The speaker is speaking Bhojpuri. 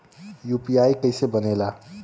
यू.पी.आई कईसे बनेला?